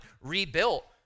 rebuilt